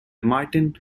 martin